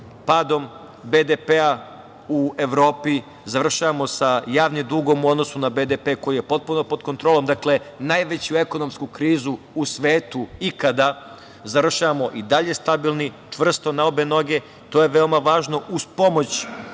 padom BDP u Evropi, završavamo sa javnim dugom u odnosu na BDP koji je potpuno pod kontrolom. Dakle, najveću ekonomsku krizu u svetu ikada završavamo i dalje stabilni, čvrsto na obe noge, to je veoma važno, uz pomoć